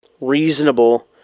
reasonable